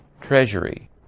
treasury